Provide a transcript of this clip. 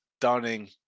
Dunning